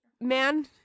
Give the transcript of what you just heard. man